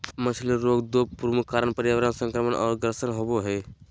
मछली रोग दो मुख्य कारण पर्यावरण संक्रमण और ग्रसन होबे हइ